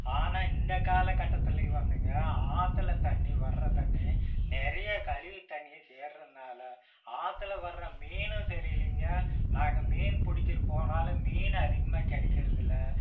ஆனால் இந்த காலகட்டத்திலேயும் வந்துங்க ஆத்தில் தண்ணி வர்ற தண்ணி நிறைய கழிவு தண்ணி சேர்றதனால ஆத்தில் வர்ற மீனும் சரியில்லைங்க நாங்கள் மீன் பிடிக்கறக்கு போனாலும் மீன் அதிகமாக கிடைக்கிறதில்ல